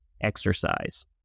exercise